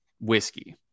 whiskey